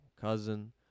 cousin